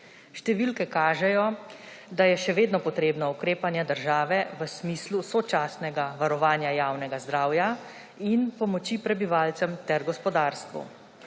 Številke kažejo, da je še vedno potrebno ukrepanje države v smislu sočasnega varovanja javnega zdravja in pomoči prebivalcem ter gospodarstvu.